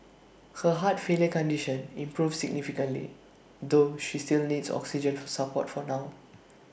her heart failure condition improved significantly though she still needs oxygen support for now